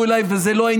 זה היה בבדיחות.